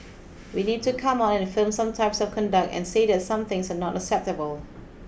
we need to come out and affirm some types of conduct and say that some things are not acceptable